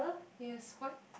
yes what